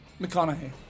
McConaughey